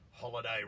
Holiday